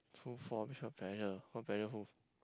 two four pressure what pressure who